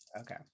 okay